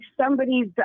somebody's